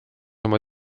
oma